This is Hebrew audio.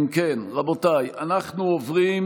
אם כן, רבותיי, אנחנו עוברים